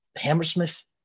hammersmith